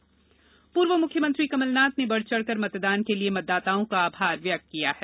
चुनाव प्रतिक्रिया पूर्व मुख्यमंत्री कमलनाथ ने बढ़चढ़कर मतदान के लिये मतदाताओं का आभार व्यक्त किया है